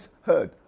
heard